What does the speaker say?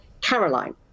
Caroline